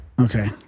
okay